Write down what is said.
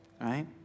right